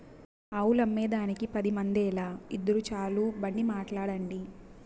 ఆవులమ్మేదానికి పది మందేల, ఇద్దురు చాలు బండి మాట్లాడండి